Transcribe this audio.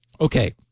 Okay